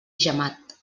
gemat